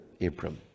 Abram